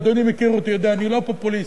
אדוני מכיר אותי, יודע, אני לא פופוליסט,